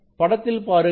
படத்தில் பாருங்கள்